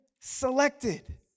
selected